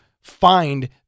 find